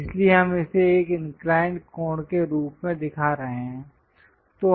इसलिए हम इसे एक इंक्लाइंड कोण के रूप में दिखा रहे हैं